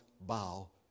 bow